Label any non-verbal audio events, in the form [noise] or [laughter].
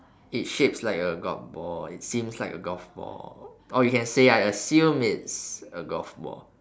it's shapes like a golf ball it seems like a golf ball [noise] or you can say I assume it's a golf ball